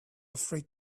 afraid